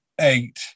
eight